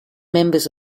members